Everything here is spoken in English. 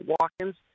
walk-ins